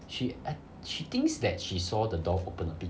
she I she thinks that she saw the door open a bit